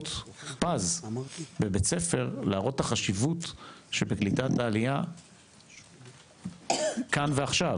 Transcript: הזדמנות פז בבית ספר להראות את החשיבות שבקליטת העלייה כאן ועכשיו,